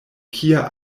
kia